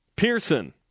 Pearson